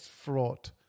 fraught